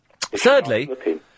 Thirdly